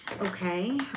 Okay